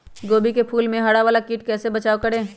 गोभी के फूल मे हरा वाला कीट से कैसे बचाब करें?